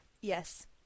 Yes